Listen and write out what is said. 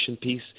piece